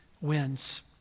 wins